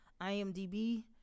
IMDb